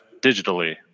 digitally